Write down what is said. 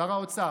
שר האוצר.